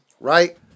right